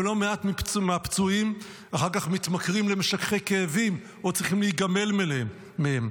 ולא מעט מהפצועים אחר כך מתמכרים למשככי כאבים או צריכים להיגמל מהם.